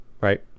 right